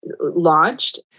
launched